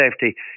safety